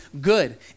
good